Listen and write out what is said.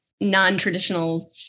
non-traditional